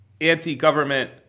anti-government